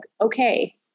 okay